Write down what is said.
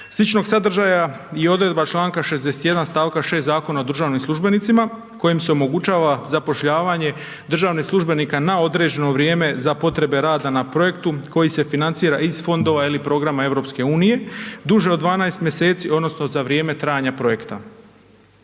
Sličnog sadržaja je odredba Članka 61. stavka 6. Zakona o državnim službenicima kojim se omogućava zapošljavanje državnih službenika na određeno vrijeme za potrebe rada na projektu koji se financira iz fondova ili programa EU duže od 12 mjeseci odnosno za vrijeme trajanja projekta.